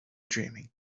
dreaming